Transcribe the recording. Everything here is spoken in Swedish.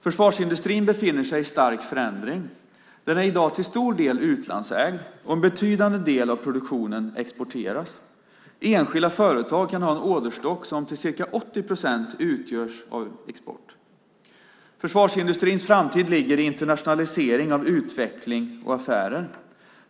Försvarsindustrin befinner sig i stark förändring. Den är i dag till stor del utlandsägd, och en betydande del av produktionen exporteras. Enskilda företag kan ha en orderstock som till ca 80 procent utgörs av export. Försvarsindustrins framtid ligger i internationalisering av utveckling och affärer.